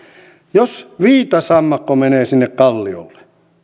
jos viitasammakko menee sinne kalliolle